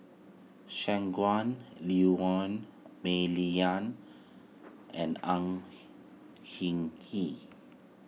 Shangguan Liuyun Mah Li Lian and Au Hing Yee